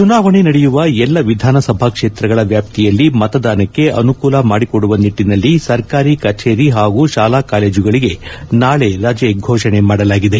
ಚುನಾವಣೆ ನಡೆಯುವ ಎಲ್ಲಾ ವಿಧಾನಸಭಾ ಕ್ಷೇತ್ರಗಳ ವ್ಯಾಪ್ತಿಯಲ್ಲಿ ಮತದಾನಕ್ಕೆ ಅನುಕೂಲ ಮಾಡಿಕೊಡುವ ನಿಟ್ಟಿನಲ್ಲಿ ಸರ್ಕಾರಿ ಕಚೇರಿ ಹಾಗೂ ಶಾಲಾ ಕಾಲೇಜುಗಳಿಗೆ ನಾಳೆ ರಜೆ ಫೋಷಣೆ ಮಾಡಲಾಗಿದೆ